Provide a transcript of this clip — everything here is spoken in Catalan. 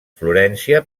florència